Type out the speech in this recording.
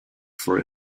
for